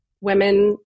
women